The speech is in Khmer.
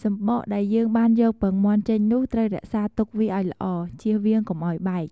សំបកដែលយើងបានយកពងមាន់ចេញនោះត្រូវរក្សាទុកវាឱ្យល្អ ជៀសវាងកុំឱ្យបែក។